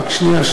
רק שנייה.